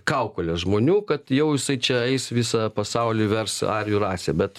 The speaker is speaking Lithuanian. kaukoles žmonių kad jau jisai čia eis visą pasaulį vers arijų rase bet